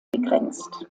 begrenzt